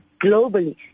Globally